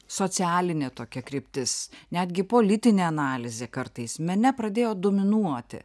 socialinė tokia kryptis netgi politinė analizė kartais mene pradėjo dominuoti